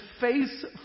face